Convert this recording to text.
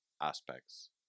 aspects